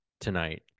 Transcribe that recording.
tonight